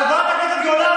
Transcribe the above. חברת הכנסת גולן,